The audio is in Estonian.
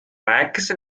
rääkisin